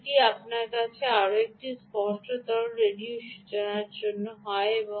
সুতরাং এটি আপনার জন্য আরও স্পষ্টতর এই ঘুমটি এটি এই রেডিওর সূচনা হয়